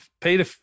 Peter